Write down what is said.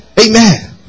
Amen